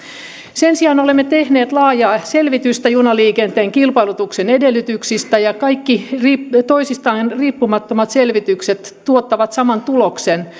sen sijaan olemme tehneet laajaa selvitystä junaliikenteen kilpailutuksen edellytyksistä ja kaikki toisistaan riippumattomat selvitykset tuottavat saman tuloksen